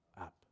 up